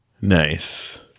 Nice